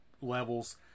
level's